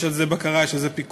יש על זה בקרה, יש על זה פיקוח.